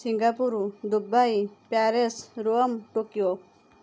Singapore Dubai Paris Rome Tokyo